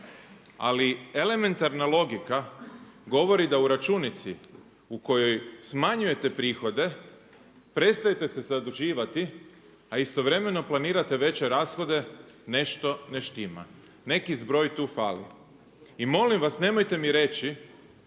ali elementarna logika govori da u računici u kojoj smanjujete prihode prestajete se zaduživati, a istovremeno planirate veće rashode nešto ne štima. Neki zbroj tu fali. I molim vas nemojte mi reći